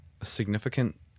significant